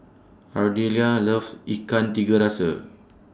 Ardelia loves Ikan Tiga Rasa